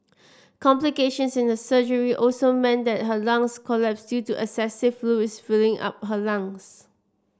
complications in the surgery also meant that her lungs collapsed due to excessive fluids filling up her lungs